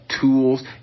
Tools